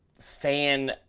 fan